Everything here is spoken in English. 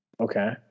Okay